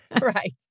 Right